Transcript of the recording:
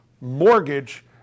mortgage